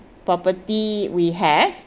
property we have